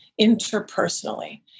interpersonally